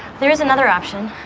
there is another option.